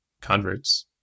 converts